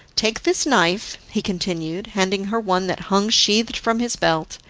take this knife, he continued, handing her one that hung sheathed from his belt,